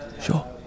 Sure